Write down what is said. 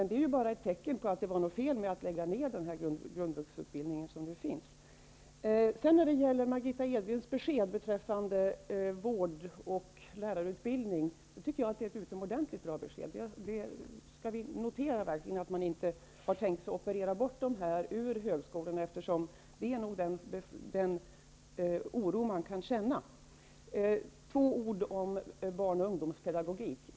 Det framgår således att det var fel att lägga ner den grundvuxutbildning som införts. Margitta Edgrens besked om vård och lärarutbildningen tycker jag är utomordentligt bra. Vi noterar verkligen att man inte har tänkt sig att operera bort den delen från högskolorna -- detta sagt med tanke på den oro som kan förekomma. Så ett par ord om barn och ungdomspedagogiken.